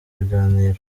biganiro